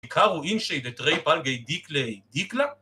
מי קארו אינשי לתרי פלגי דיקלי דיקלא